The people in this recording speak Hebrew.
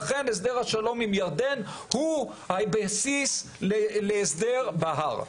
לכן הסדר השלום עם ירדן הוא הבסיס להסדר בהר.